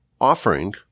offering